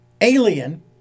alien